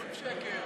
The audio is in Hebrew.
שוב שקר.